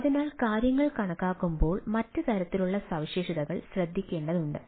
അതിനാൽ കാര്യങ്ങൾ കണക്കാക്കുമ്പോൾ മറ്റ് തരത്തിലുള്ള സവിശേഷതകൾ ശ്രദ്ധിക്കേണ്ടതുണ്ട്